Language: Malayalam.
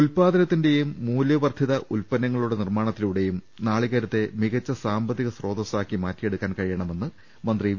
ഉല്പാദനത്തിലൂടെയും മൂല്യവർദ്ധിത ഉല്പന്നങ്ങളുടെ നിർമ്മാണത്തിലൂടെയും നാളികേരത്തെ മികച്ച സാമ്പത്തിക സ്രോതസ്സായി മാറ്റിയെടുക്കാൻ കഴിയണമെന്ന് മന്ത്രി വി